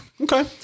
Okay